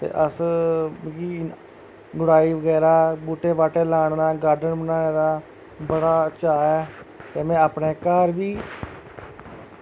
ते अस मिगी गुडाई बगैरा बूहटै बाह्टे लान दा गार्डन बनाने दा बड़ा चाऽ ऐ ते में अपने घर बी